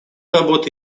работа